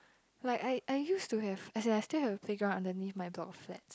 like I I used to have as in I still have a playground underneath my block of flats